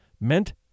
meant